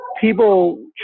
people